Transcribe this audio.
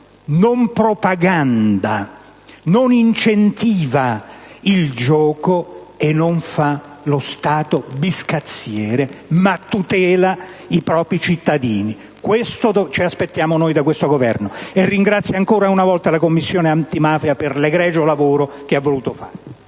non propaganda, non incentiva il gioco e non fa lo Stato biscazziere, ma tutela i propri cittadini. È questo che noi ci aspettiamo da questo Governo. Ringrazio ancora una volta la Commissione antimafia per l'egregio lavoro che ha voluto fare.